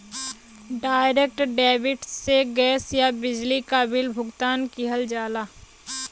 direct debit से gas या बिजली क बिल भुगतान किहल जाला